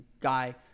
guy